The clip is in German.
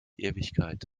ewigkeit